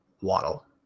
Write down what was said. waddle